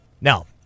Now